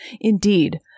Indeed